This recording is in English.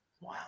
Wow